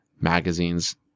magazines